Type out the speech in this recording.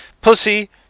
Pussy